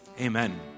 Amen